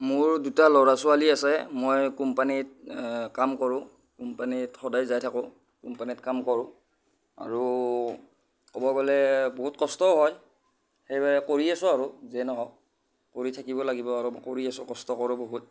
মোৰ দুটা ল'ৰা ছোৱালী আছে মই কোম্পানীত কাম কৰোঁ কোম্পানীত সদায় যাই থাকোঁ কোম্পানীত কাম কৰোঁ আৰু ক'ব গ'লে বহুত কষ্টও হয় সেইবাবে কৰি আছো আৰু যি নহওক কৰি থাকিব লাগিব আৰু মই কৰি আছো কষ্ট কৰোঁ বহুত